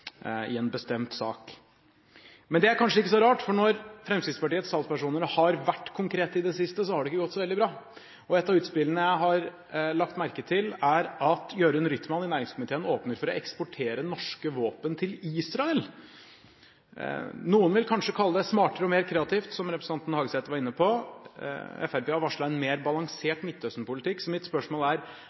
i en bestemt sak. Det er kanskje ikke så rart, for når Fremskrittspartiets talspersoner har vært konkrete i det siste, har det ikke gått så veldig bra. Et av de utspillene jeg har lagt merke til, er at Jørund Rytman i næringskomiteen åpner for å eksportere norske våpen til Israel. Noen vil kanskje kalle det smartere og mer kreativt, som representanten Hagesæter var inne på. Fremskrittspartiet har varslet en mer balansert Midtøsten-politikk, så mitt spørsmål er: